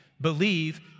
believe